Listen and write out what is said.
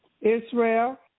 Israel